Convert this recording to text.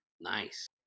Nice